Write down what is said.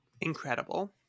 incredible